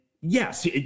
yes